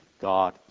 god